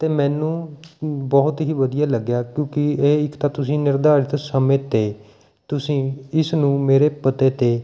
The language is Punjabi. ਅਤੇ ਮੈਨੂੰ ਬਹੁਤ ਹੀ ਵਧੀਆ ਲੱਗਿਆ ਕਿਉਂਕਿ ਇਹ ਇੱਕ ਤਾਂ ਤੁਸੀਂ ਨਿਰਧਾਰਤ ਸਮੇਂ 'ਤੇ ਤੁਸੀਂ ਇਸ ਨੂੰ ਮੇਰੇ ਪਤੇ 'ਤੇ